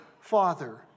father